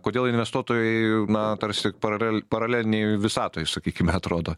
kodėl investuotojai na tarsi paralel paralelinėj visatoj sakykime atrodo